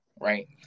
right